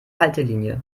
haltelinie